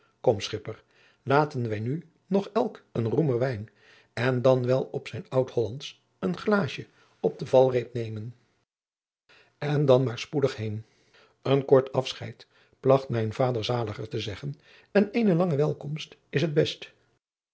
kom schipper laten wij nu nog elk een roemer wijn en dan wel op zijn oud hollandsch een glaasje op den valreep nemen en dan maar spoedig heen een kort afscheid plagt mijn vader zaliger te zeggen en eene lange welkomst is het best